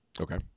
Okay